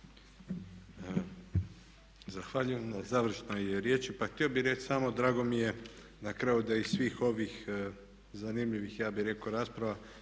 Zahvaljujem na završnoj riječi. Pa htio bi reći samo drago mi je na kraju da iz svih ovih zanimljivih ja bih rekao rasprava